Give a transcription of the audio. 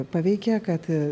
paveikė kad